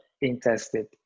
interested